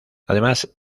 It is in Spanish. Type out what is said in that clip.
además